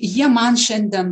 jie man šiandien